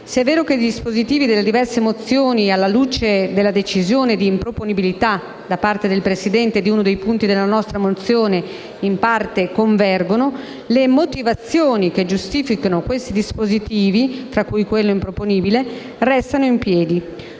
Se è vero che i dispositivi delle diverse mozioni - alla luce della decisione di improponibilità, da parte del Presidente, di uno dei punti della nostra mozione - in parte convergono, le motivazioni che giustificano questi dispositivi, tra cui quella improponibile, restano in piedi.